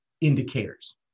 indicators